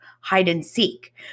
hide-and-seek